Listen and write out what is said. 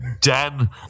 Dan